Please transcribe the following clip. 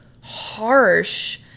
harsh